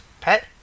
pet